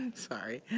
sorry.